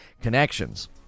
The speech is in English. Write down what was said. connections